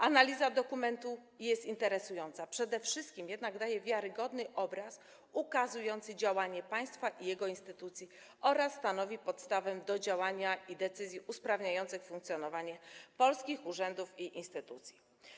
Analiza dokumentu jest interesująca, przede wszystkim jednak daje wiarygodny obraz ukazujący działanie państwa i jego instytucji oraz stanowi podstawę do działania i decyzji usprawniających funkcjonowanie polskich urzędów i instytucji.